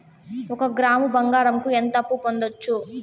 ఒక గ్రాము బంగారంకు ఎంత అప్పు పొందొచ్చు